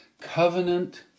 Covenant